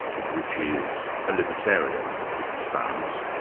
which is a libertarian stance,